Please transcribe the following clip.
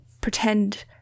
pretend